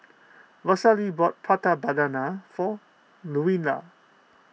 Rosalee bought Prata Banana for Luella